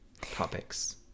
topics